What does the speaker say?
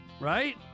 Right